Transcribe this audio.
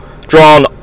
drawn